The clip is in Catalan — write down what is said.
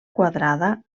quadrada